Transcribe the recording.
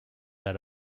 out